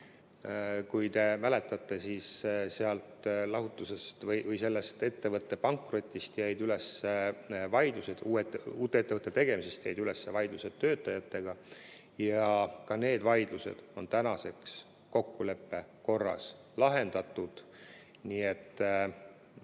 Kui te mäletate, siis sealt lahutusest või sellest ettevõtte pankrotist jäid üles vaidlused, uute ettevõtete tegemisest jäid üles vaidlused töötajatega ja ka need vaidlused on tänaseks kokkuleppe korras lahendatud. Nii et